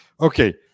Okay